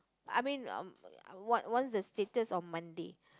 I mean um what want the status on Monday